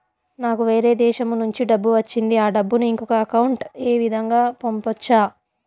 నాకు వేరే దేశము నుంచి డబ్బు వచ్చింది ఆ డబ్బును ఇంకొక అకౌంట్ ఏ విధంగా గ పంపొచ్చా?